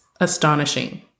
astonishing